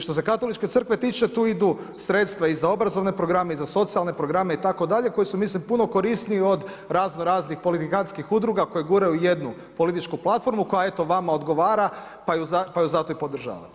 Što se katoličke crkve tiče, tu idu sredstva i za obrazovne programe i za socijalne programe, itd. koji su mislim, puno korisniji od razno raznih politikantskih udruga, koji guraju jednu političku platformu, koja eto, vama odgovora pa ju zato i podržavate.